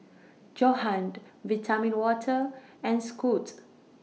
Johan Vitamin Water and Scoot